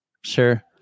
Sure